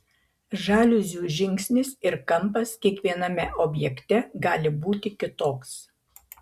žaliuzių žingsnis ir kampas kiekviename objekte gali būti kitoks